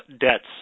debts